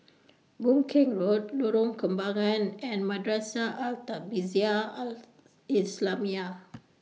Boon Keng Road Lorong Kembagan and Madrasah Al Tahzibiah Al Islamiah